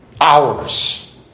Hours